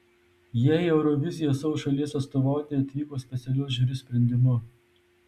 jie į euroviziją savo šalies atstovauti atvyko specialios žiuri sprendimu